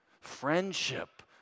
friendship